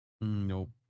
Nope